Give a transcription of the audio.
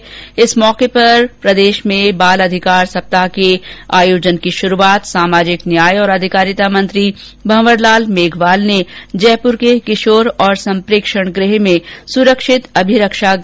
बाल दिवस के अवसर पर प्रदेशभर में बाल अधिकार सप्ताह के आयोजन की शुरूआत सामाजिक न्याय और अधिकारिता मंत्री भंवर लाल मेघवाल ने जयपुर के किशोर और सम्प्रेक्षण गृह में सुरक्षित अभिरक्षा गृह के उदघाटन से की